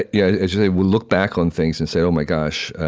yeah as you say, we'll look back on things and say, oh, my gosh.